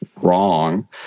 wrong